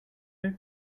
have